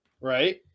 Right